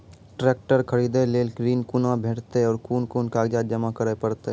Tractor खरीदै लेल ऋण कुना भेंटते और कुन कुन कागजात जमा करै परतै?